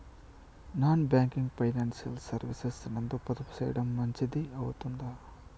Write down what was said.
Non banking financial services నందు పొదుపు సేయడం మంచిది అవుతుందా?